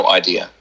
idea